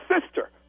sister